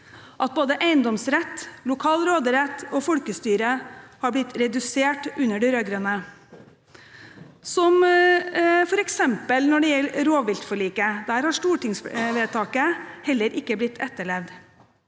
at både eiendomsrett, lokal råderett og folkestyre har blitt redusert under de rød-grønne – som f.eks. når det gjelder rovviltforliket. Der har stortingsvedtaket heller ikke blitt etterlevd.